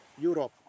Europe